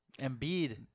Embiid